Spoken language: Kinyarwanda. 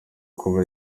kuba